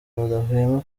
badahwema